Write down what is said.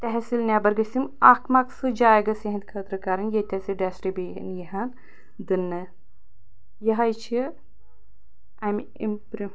تحصیٖل نیٚبَر گٔژھۍ یم اکھ مَخصوص جایہِ گٔژھ یِہنٛد خٲطرٕ کَرٕنۍ ییٚتہِ أسۍ یہِ ڈسٹہٕ بیٖن ییٖہان دٕننہٕ یہٲے چھِ اَمہِ اِمپرٛو